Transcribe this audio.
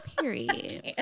period